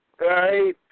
right